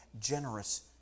generous